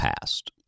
past